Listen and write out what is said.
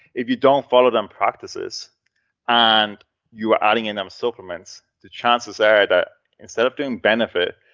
if you don't follow them practices and you are adding in um supplements the chances are that instead of doing benefit,